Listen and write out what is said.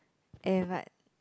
eh but